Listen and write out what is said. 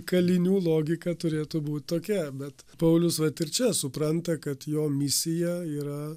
kalinių logika turėtų būt tokia bet paulius vat ir čia supranta kad jo misija yra